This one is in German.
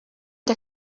der